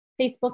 Facebook